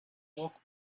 walk